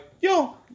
yo